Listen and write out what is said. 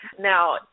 Now